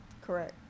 Correct